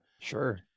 sure